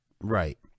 Right